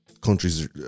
countries